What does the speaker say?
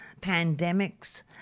pandemics